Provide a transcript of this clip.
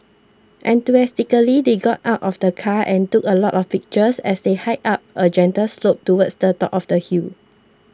enthusiastically they got out of the car and took a lot of pictures as they hiked up a gentle slope towards the top of the hill